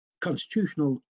constitutional